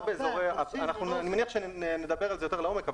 אני מניח שנדבר על זה יותר לעומק,